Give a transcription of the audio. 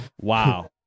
Wow